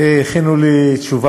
הכינו לי תשובה